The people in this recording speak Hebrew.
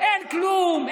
אין כלום,